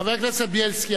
חבר הכנסת בילסקי,